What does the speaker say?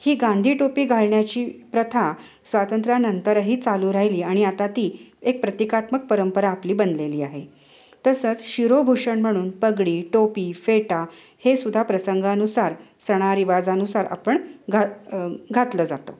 ही गांधीटोपी घालण्याची प्रथा स्वातंत्र्यानंतरही चालू राहिली आणि आता ती एक प्रतिकात्मक परंपरा आपली बनलेली आहे तसंच शिरोभूषण म्हणून पगडी टोपी फेटा हे सुद्धा प्रसंगानुसार सणा रिवाजानुसार आपण घा घातलं जातं